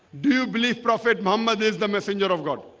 do you believe prophet muhammad is the messenger of god?